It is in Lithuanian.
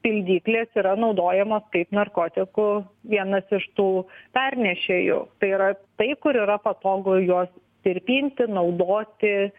pildyklės yra naudojamos kaip narkotikų vienas iš tų pernešėjų tai yra tai kur yra patogu juos tirpinti naudoti